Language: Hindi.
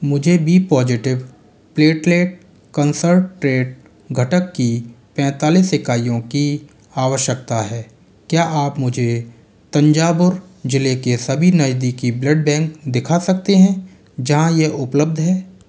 मुझे बी पॉज़िटिव प्लेटलेट कन्सर्ट्रेट घटक की पैंतालीस इकाइयों की आवश्यकता है क्या आप मुझे तंजावुर ज़िले के सभी नजदीकी ब्लड बैंक दिखा सकते हैं जहाँ यह उपलब्ध है